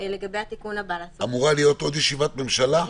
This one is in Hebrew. לגבי התיקון הבא --- אמורה להיות עוד ישיבת ממשלה?